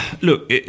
Look